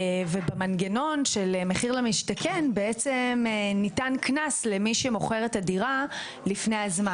ובמנגנון של מחיר למשתכן ניתן קנס למי שמוכר את הדירה לפני הזמן.